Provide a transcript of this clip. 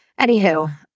Anywho